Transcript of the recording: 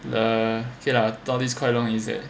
the okay lah tell this quite long is that